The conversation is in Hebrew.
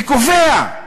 וקובע,